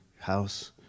house